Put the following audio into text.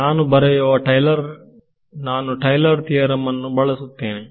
ನಾನು ಬರೆಯುವಾಗ Taylor theorem ಬಳಸುತ್ತೇನೆ